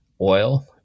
oil